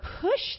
push